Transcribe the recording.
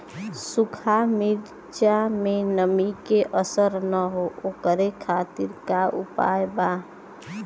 सूखा मिर्चा में नमी के असर न हो ओकरे खातीर का उपाय बा?